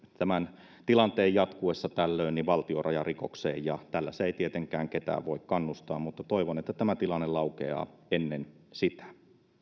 tämän tilanteen jatkuessa tällöin valtiorajarikokseen ja tällaiseen ei tietenkään ketään voi kannustaa toivon että tämä tilanne laukeaa ennen sitä